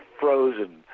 frozen